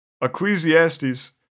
Ecclesiastes